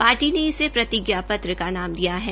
party ने इसे प्रतिज्ञा पत्र का नाम दिया है